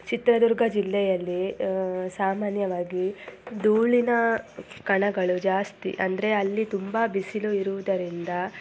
ಚಿತ್ರದುರ್ಗ ಜಿಲ್ಲೆಯಲ್ಲಿ ಸಾಮಾನ್ಯವಾಗಿ ಧೂಳಿನ ಕಣಗಳು ಜಾಸ್ತಿ ಅಂದ್ರೇ ಅಲ್ಲಿ ತುಂಬ ಬಿಸಿಲು ಇರುವುದರಿಂದ